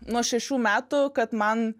nuo šešių metų kad man